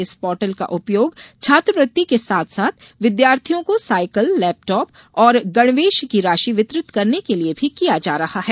इस पोर्टल का उपयोग छात्रवृत्ति के साथ साथ विद्यार्थियों को साइकल लेपटॉप और गणवेश की राशि वितरित करने के लिये भी किया जा रहा है